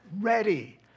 ready